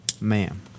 Ma'am